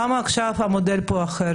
למה המודל פה הוא אחר?